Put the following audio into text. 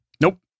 Nope